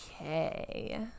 okay